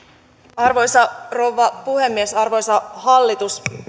arvoisa rouva puhemies arvoisa hallitus